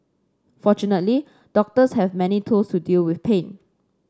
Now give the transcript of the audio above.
fortunately doctors have many tools to deal with pain